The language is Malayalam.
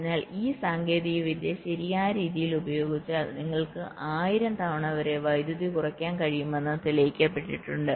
അതിനാൽ ഈ സാങ്കേതികവിദ്യ ശരിയായ രീതിയിൽ ഉപയോഗിച്ചാൽ നിങ്ങൾക്ക് 1000 തവണ വരെ വൈദ്യുതി കുറയ്ക്കാൻ കഴിയുമെന്ന് തെളിയിക്കപ്പെട്ടിട്ടുണ്ട്